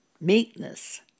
meekness